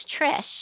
Trish